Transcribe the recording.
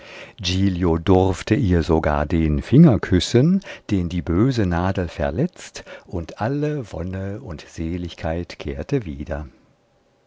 durfte ihr sogar den finger küssen den die böse nadel verletzt und alle wonne und seligkeit kehrte wieder